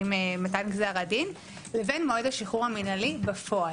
עם מתן גזר הדין, לבין מועד השחרור המינהלי בפועל.